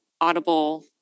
Audible